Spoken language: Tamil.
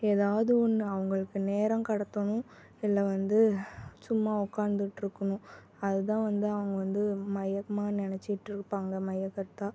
ஏதாவது ஒன்று அவங்களுக்கு நேரம் கடத்தணும் இல்லை வந்து சும்மா உட்காந்துக்கிட்ருக்கணும் அதுதான் வந்து அவங்க வந்து மையமாக நெனைச்சிட்ருப்பாங்க மையக் கருத்தாக